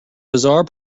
bizarre